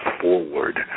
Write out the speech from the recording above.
forward